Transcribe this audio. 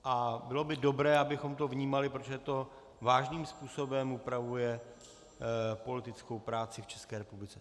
A bylo by dobré, abychom to vnímali, protože to vážným způsobem upravuje politickou práci v České republice.